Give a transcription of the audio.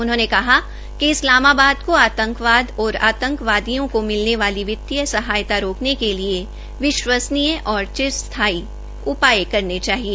उन्होंने कहा कि इस्लामाबाद को आतंकवाद और आतंबवादियों को मिलने वाली वित्तीय सहायता रोकने के लिए विश्वसनीय और चिरस्थाई उपाय करने चाहिए